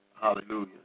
Hallelujah